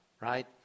right